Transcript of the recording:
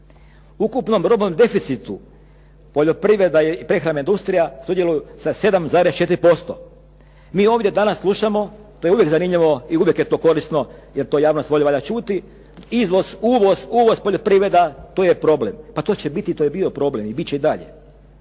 U ukupnom robnom deficitu poljoprivreda i prehrambena industrija sudjeluju sa 7,4%. Mi ovdje danas slušamo to je uvijek zanimljivo i uvijek je to korisno jer to javnost voli čuti, izvoz, uvoz poljoprivreda to je problem. Pa to će biti i to je bio problem i bit će dalje,